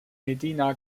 medina